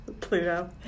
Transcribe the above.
Pluto